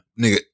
Nigga